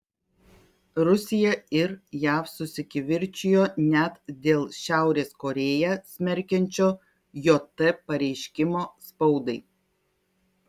rusija ir jav susikivirčijo net dėl šiaurės korėją smerkiančio jt pareiškimo spaudai